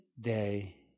day